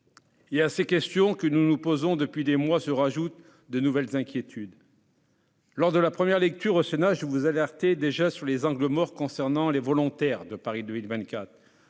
À ces questions que nous nous posons depuis des mois s'ajoutent de nouvelles inquiétudes. Lors de la première lecture au Sénat, je vous alertai déjà sur les angles morts concernant les volontaires de Paris 2024